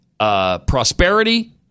Prosperity